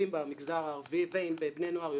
במגזר הערבי עם בני נוער.